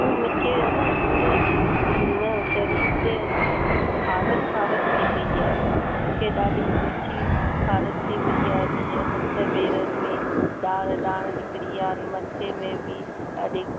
मूंखे आहे न पूरे शरीर ते न खारस खारस थी पई आहे मूंखे ॾाढी मिठी खारस थी पई आहे मुंहिंजे हथ पेरनि में दाणा दाणा निकिरी विया आहिनि मथे में बि ॾाढी